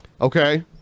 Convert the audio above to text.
Okay